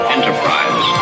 Enterprise